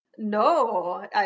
No